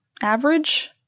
Average